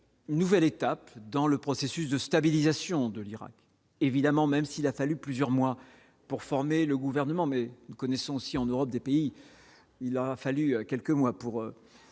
nouvelle étape dans le processus de stabilisation de l'Irak évidemment, même s'il a fallu plusieurs mois pour former le gouvernement, mais nous connaissons si en Europe des pays, il a fallu quelques mois pour